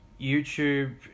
YouTube